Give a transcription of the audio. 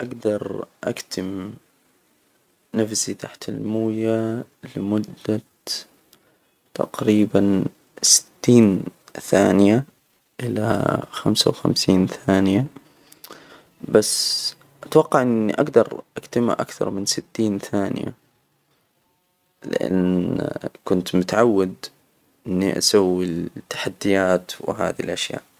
أجدر، أكتم نفسي تحت المويه لمدة تجريبا ستين ثانية إلى خمسه وخمسين ثانية، بس أتوقع إني أجدر أكتمها أكثر من ستين ثانية، لأن كنت متعود إني أسوي التحديات وهذى الأشياء.